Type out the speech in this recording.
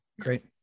Great